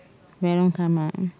very long time ah